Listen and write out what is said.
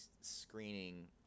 screening